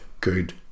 good